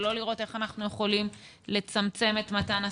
ולא לראות איך אפשר לצמצם את מתן הסבסוד.